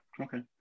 Okay